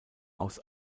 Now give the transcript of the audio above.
aus